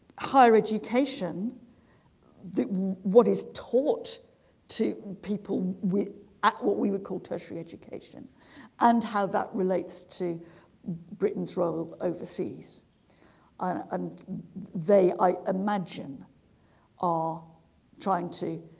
higher education what is taught to people with what we would call tertiary education and how that relates to britain's role overseas and they i imagine are trying to